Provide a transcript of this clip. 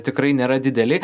tikrai nėra dideli